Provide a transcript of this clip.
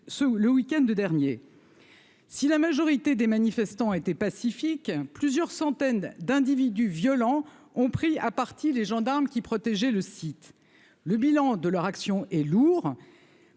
le week-end dernier. Si la majorité des manifestants étaient pacifiques, plusieurs centaines d'individus violents ont pris à partie les gendarmes qui protégeaient le site, le bilan de leur action est lourd